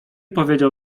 powiedział